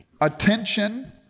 attention